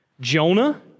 Jonah